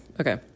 okay